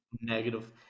Negative